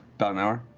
about an hour?